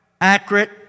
accurate